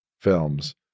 films